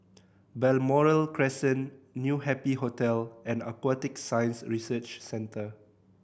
Balmoral Crescent New Happy Hotel and Aquatic Science Research Centre